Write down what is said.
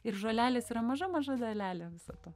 ir žolelės yra maža maža dalelė viso to